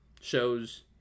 shows